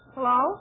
Hello